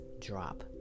drop